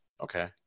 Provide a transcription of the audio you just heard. Okay